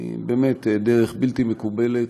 באמת דרך בלתי מקובלת.